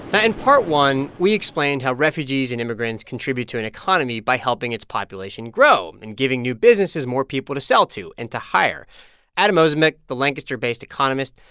and part one, we explained how refugees and immigrants contribute to an economy by helping its population grow and giving new businesses more people to sell to and to hire adam ozimek, the lancaster-based economist,